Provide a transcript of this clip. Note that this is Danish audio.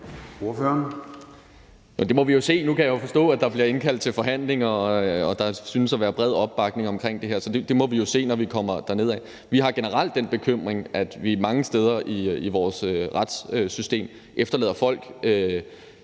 Nu kan jeg forstå, at der bliver indkaldt til forhandlinger, og at der synes at være bred opbakning om det her, så det må vi jo se, når vi kommer dernedad. Vi har generelt den bekymring, at vi mange steder i vores retssystem efterlader folk